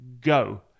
go